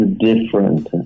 different